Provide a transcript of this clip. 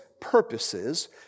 purposes